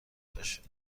باشید